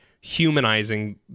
humanizing